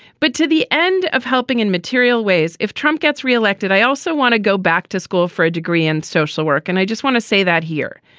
but to the end of helping in material ways if trump gets re-elected, i also want to go back to school for a degree in social work. and i just want to say that here,